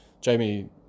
jamie